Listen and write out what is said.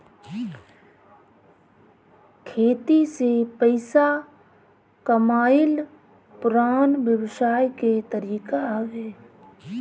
खेती से पइसा कमाइल पुरान व्यवसाय के तरीका हवे